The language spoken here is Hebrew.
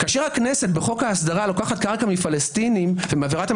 כשהכנסת בחוק ההסדרה לוקחת קרקע מפלסטינים ומעבירה אותן